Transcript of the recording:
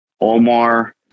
Omar